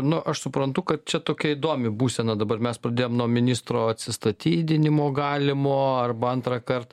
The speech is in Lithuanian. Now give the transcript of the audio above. nu aš suprantu kad čia tokia įdomi būsena dabar mes pradėjom nuo ministro atsistatydinimo galimo arba antrąkart